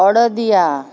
adadiya